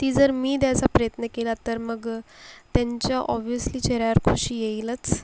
ती जर मी द्याचा प्रयत्न केला तर मग त्यांच्या ऑविअसली चेहऱ्यावर खुशी येईलच